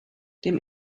dem